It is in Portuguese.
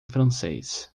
francês